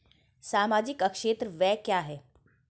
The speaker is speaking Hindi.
सामाजिक क्षेत्र व्यय क्या है?